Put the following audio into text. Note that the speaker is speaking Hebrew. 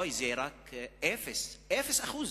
אוי, זה רק 0%. 0%